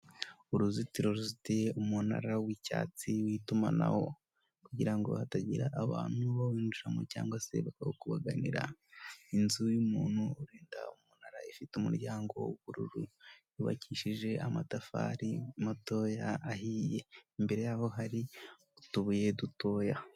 Uruzitiro ruzitiye umunara wicyatsi witumanaho kugira ngo hatagira abantu bawininjiramo cyangwa se bakakubaganirara inzu y'umuntu urinda umunara ifite umuryango w'ubururu yubakishije amatafari matoya ahiye imbere yaho hari utubuye dutoya.